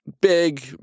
big